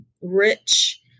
rich